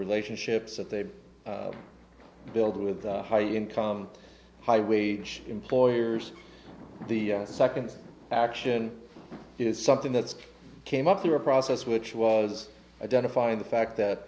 relationships that they build with high income high wage employers the second action is something that came up through a process which was identifying the fact that